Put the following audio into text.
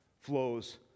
flows